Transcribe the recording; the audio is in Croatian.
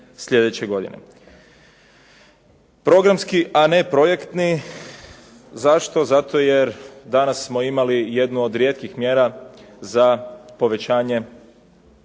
slijedeće godine. Programski a ne projektni. Zašto? Zato jer danas smo imali jednu od rijetkih mjera za povećanje